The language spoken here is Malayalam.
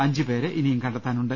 അഞ്ചുപേരെ ഇനിയും കണ്ടെത്താനു ണ്ട്